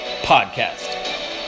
podcast